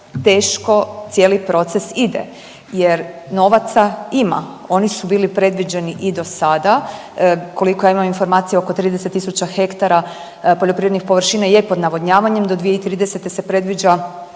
teško cijeli proces ide jer novaca ima, oni su bili predviđeni i do sada. Koliko ja imamo informacije, oko 30 tisuća hektara poljoprivrednih površina je pod navodnjavanjem, do 2030. se predviđa